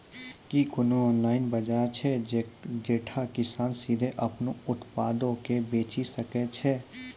कि कोनो ऑनलाइन बजार छै जैठां किसान सीधे अपनो उत्पादो के बेची सकै छै?